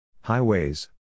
Highways